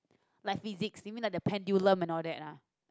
like physics you mean like the pendulum and all that lah